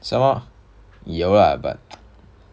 some more 有 lah but